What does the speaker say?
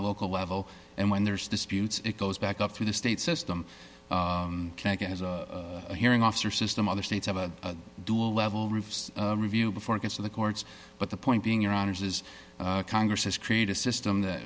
the local level and when there's disputes it goes back up through the state system as a hearing officer system other states have a dual level roofs review before it gets to the courts but the point being around it is congress has create a system that